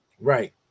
Right